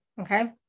okay